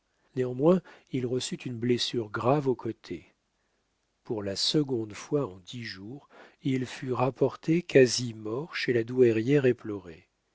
néanmoins il reçut une blessure grave au côté pour la seconde fois en dix jours il fut rapporté quasi mort chez la douairière